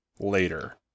later